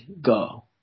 go